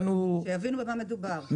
שיבינו במה מדובר.